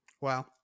wow